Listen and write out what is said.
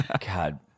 God